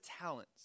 talents